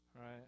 right